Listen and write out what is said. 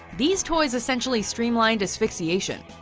these toys essentially streamlined asphyxiation.